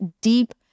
deep